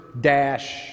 dash